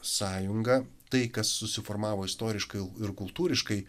sąjunga tai kas susiformavo istoriškai ir kultūriškai